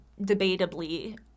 debatably